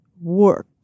work